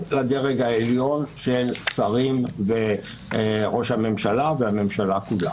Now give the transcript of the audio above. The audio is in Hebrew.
לדרג העליון של שרים וראש הממשלה והממשלה כולה.